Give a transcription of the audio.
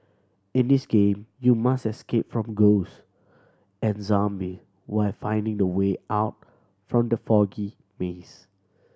in this game you must escape from ghost and zombies while finding the way out from the foggy maze